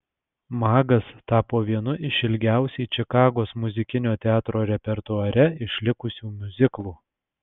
magas tapo vienu iš ilgiausiai čikagos muzikinio teatro repertuare išlikusių miuziklų